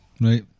Right